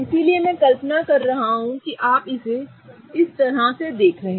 इसलिए मैं कल्पना कर रहा हूं कि आप इसे इस तरह देख रहे हैं